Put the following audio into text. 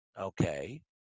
okay